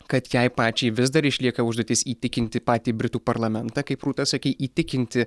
kad jai pačiai vis dar išlieka užduotis įtikinti patį britų parlamentą kaip rūta sakei įtikinti